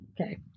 Okay